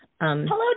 Hello